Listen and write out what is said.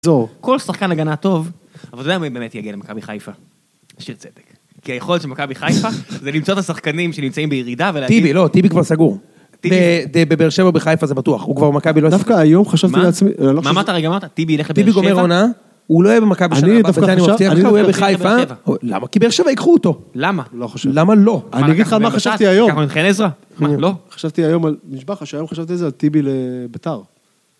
כל שחקן הגנה טוב, אבל למה הוא באמת יגיע למכבי חיפה? שיר צדק. כי היכולת של מכבי חיפה, זה למצוא את השחקנים שנמצאים בירידה ולהגיד... טיבי, לא, טיבי כבר סגור. בבאר שבע בחיפה זה בטוח, הוא כבר במכבי לא... דווקא היום חשבתי לעצמי... מה, מה אמרת רגע אמרת? טיבי ילך לבאר שבע? טיבי גומר עונה, הוא לא יהיה במכבי שנה הבאה, ואני מבטיח שהוא יהיה בחיפה. למה? כי באר שבע ייקחו אותו. למה? למה לא? אני אגיד לך על מה חשבתי היום. גם עם חנזרה? לא, חשבתי היום על נשבע לך, שהיום חשבתי על טיבי לביתר.